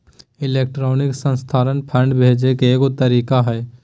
electronic स्थानान्तरण fund भेजे के एगो तरीका हइ